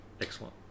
excellent